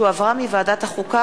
שהחזירה ועדת החוקה,